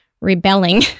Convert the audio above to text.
rebelling